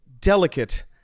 delicate